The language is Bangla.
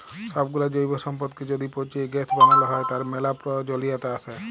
সবগুলা জৈব সম্পদকে য্যদি পচিয়ে গ্যাস বানাল হ্য়, তার ম্যালা প্রয়জলিয়তা আসে